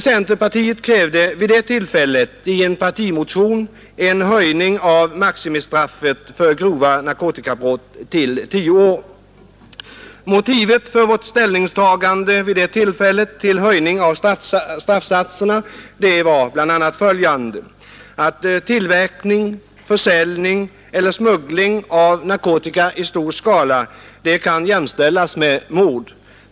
Centern krävde vid det tillfället i partimotion en höjning av maximistraffet för grova narkotikabrott till tio år. Motivet vid det tillfället för vårt ställningstagande till höjning av straffsatserna var bl.a. följande. Tillverkning, försäljning eller smuggling av narkotika i stor skala kan jämställas med mord.